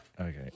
Okay